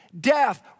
death